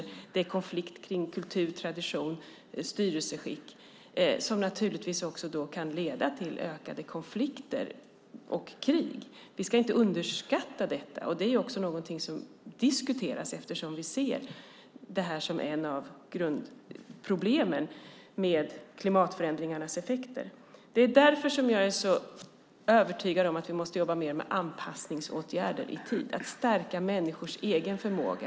Det kan vara konflikt kring kultur, tradition och styrelseskick som naturligtvis kan leda till ökade konflikter och krig. Vi ska inte underskatta detta. Det är också någonting som diskuteras, eftersom vi ser det här som ett av grundproblemen med klimatförändringarnas effekter. Det är därför som jag är övertygad om att vi måste jobba mer med anpassningsåtgärder i tid. Det handlar om att stärka människors egen förmåga.